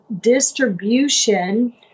distribution